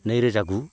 नैरोजागु